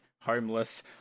Homeless